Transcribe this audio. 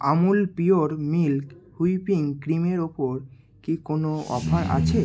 আমূল pure milk whipping ক্রিমের ওপর কি কোনও অফার আছে